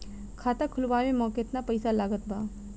खाता खुलावे म केतना पईसा लागत बा?